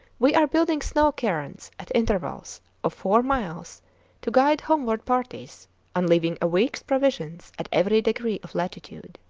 we are building snow cairns at intervals of four miles to guide homeward parties and leaving a week's provisions at every degree of latitude.